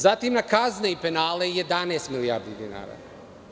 Zatim, na kazne i penale 11 milijardi dinara.